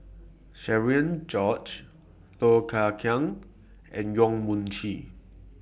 Cherian George Low Thia Khiang and Yong Mun Chee